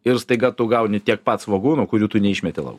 ir staiga tu gauni tiek pat svogūnų kurių tu neišmeti lauk